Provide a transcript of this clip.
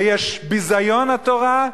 ויש ביזיון לתורה,